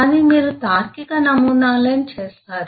కానీ మీరు తార్కిక నమూనాలను చేస్తారు